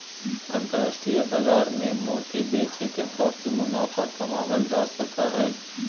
अन्तराष्ट्रिय बाजार मे मोती बेच के काफी मुनाफा कमावल जा सको हय